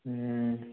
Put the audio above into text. ꯎꯝ